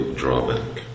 drawback